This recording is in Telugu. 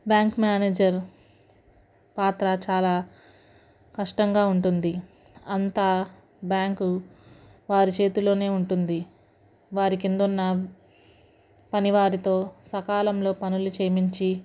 బ్యాంక్ మేనేజర్ పాత్ర చాలా కష్టంగా ఉంటుంది అంతా బ్యాంకు వారి చేతిలోనే ఉంటుంది వారి క్రింద ఉన్న పని వారితో సకాలంలో పనులు చేపించి